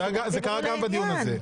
קרה גם בדיון הזה.